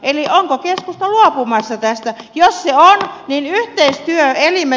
eli onko keskusta luopumassa tästä jo asiaan niin että jäimme